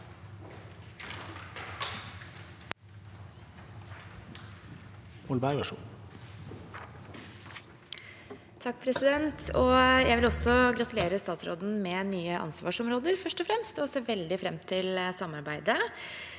(H) Jeg vil også gratulere statsråden med nye ansvarsområder, først og fremst, og ser veldig fram til samarbeidet.